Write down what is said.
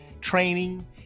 training